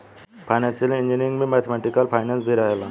financial engineering में mathematical finance भी रहेला